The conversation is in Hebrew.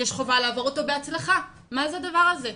יש חובה לעבור אותו בהצלחה, מה זה הדבר הזה?